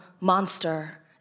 monster